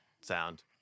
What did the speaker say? sound